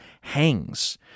hangs